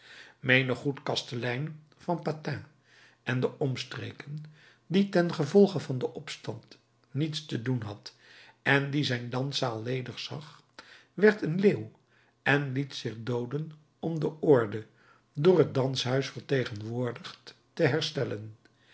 menig goed kastelein van pantin en de omstreken die ten gevolge van den opstand niets te doen had en die zijn danszaal ledig zag werd een leeuw en liet zich dooden om de orde door het danshuis vertegenwoordigd te herstellen